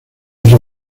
entre